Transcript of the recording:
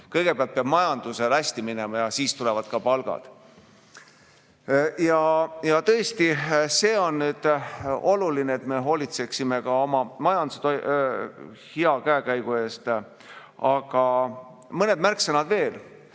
Kõigepealt peab majandusel hästi minema ja siis tulevad ka palgad. Ja tõesti, see on oluline, et me hoolitseksime ka oma majanduse hea käekäigu eest. Aga mõned märksõnad veel.